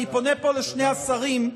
ואני פונה פה לשני השרים: